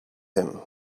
him